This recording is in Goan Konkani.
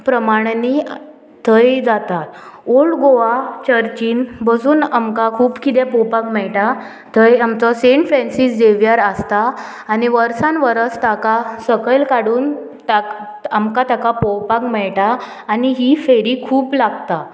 प्रमाणानी थंय जाता ओल्ड गोवा चर्चीन बसून आमकां खूब किदें पळोवपाक मेळटा थंय आमचो सेंट फ्रेंसीस झेवियर आसता आनी वर्सान वर्स ताका सकयल काडून ताक आमकां ताका पोवपाक मेळटा आनी ही फेरी खूब लागता